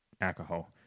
alcohol